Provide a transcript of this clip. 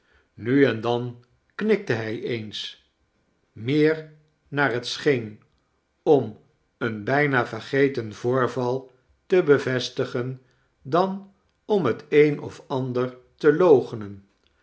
nu en dan knikte hij eens meer naar het scheen om een bijna vergeten voorval te bevestigen dan om het een of ander te